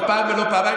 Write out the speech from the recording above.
לא פעם ולא פעמיים,